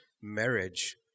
marriage